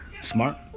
Smart